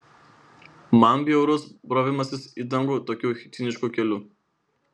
man bjaurus brovimasis į dangų tokiu cinišku keliu